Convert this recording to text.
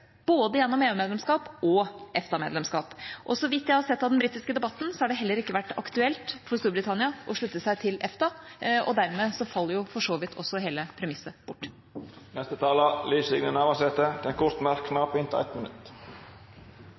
både EU-medlemskap og EFTA-medlemskap. Og så vidt jeg har sett av den britiske debatten, har det heller ikke vært aktuelt for Storbritannia å slutte seg til EFTA – og dermed faller for så vidt også hele premisset bort. Representanten Liv Signe Navarsete har hatt ordet to gonger tidlegare og får ordet til ein kort merknad, avgrensa til 1 minutt.